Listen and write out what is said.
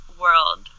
world